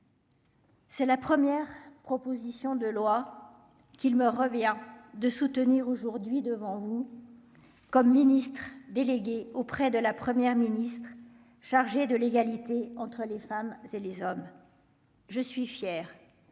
C'est la première proposition de loi qu'il me revient de soutenir aujourd'hui devant vous, comme ministre délégué auprès de la Première ministre chargée de l'égalité entre les femmes et les hommes, je suis fier